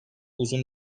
uzun